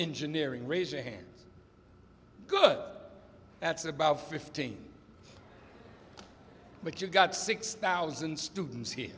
engineering raise your hands good that's about fifteen but you've got six thousand students here